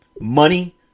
money